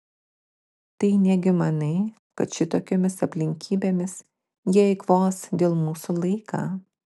tai negi manai kad šitokiomis aplinkybėmis jie eikvos dėl mūsų laiką